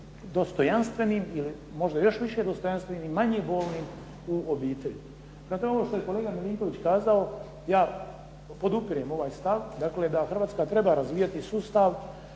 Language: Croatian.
dostojanstvenim ili možda još više dostojanstvenim i manje bolnim u obitelji. Dakle ono što je kolega Milinković kazao, ja podupirem ovaj stav, dakle da Hrvatska treba razvijati sustav